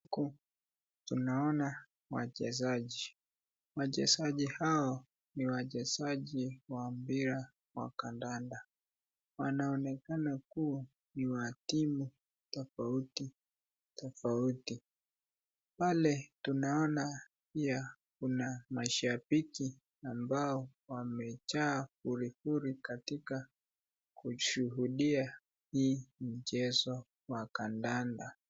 Huku tunaona wachezaji, wachezaji hawa ni wachezaji wa mpira wa kandanda wanaonekana kuwa ni wa timu tofauti tofauti, pale tunaona pia mashabiki ambao wamejaa furifuri katika kushuhudia huu mchezo wa kandanda.